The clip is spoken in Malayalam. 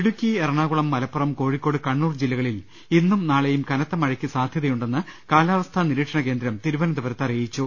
ഇടുക്കി എറണാകുളം മലപ്പുറം കോഴിക്കോട് കണ്ണൂർ ജില്ലകളിൽ ഇന്നും നാളെയും കനത്ത മഴയ്ക്ക് സാധ്യതയുണ്ടെന്ന് കാലാവസ്ഥാ നിരീക്ഷണ കേന്ദ്രം തിരുവനന്തപുരത്ത് അറിയിച്ചു